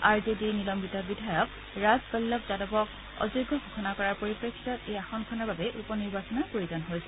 R J ডিৰ নিলম্বিত বিধায়ক ৰাজ বল্লভ যাদৱক অযোগ্য ঘোষণা কৰাৰ পৰিপ্ৰেক্ষিতত এই আসনখনৰ বাবে উপ নিৰ্বাচনৰ প্ৰয়োজন হৈছে